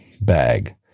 bag